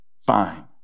Fine